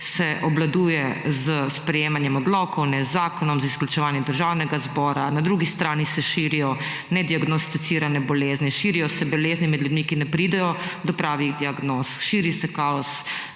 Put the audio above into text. se obvladuje s sprejemanjem odlokov, ne z zakonom, z izključevanjem Državnega zbora. Na drugi strani se širijo nediagnosticirane bolezni, širijo se bolezni med ljudmi, ki ne pridejo do pravih diagnoz, širi se kaos,